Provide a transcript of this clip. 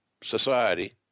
society